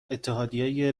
اتحادیه